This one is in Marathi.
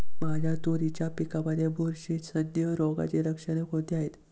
माझ्या तुरीच्या पिकामध्ये बुरशीजन्य रोगाची लक्षणे कोणती आहेत?